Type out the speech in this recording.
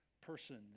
person